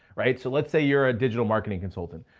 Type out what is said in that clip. right? so let's say you're a digital marketing consultant.